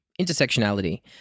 intersectionality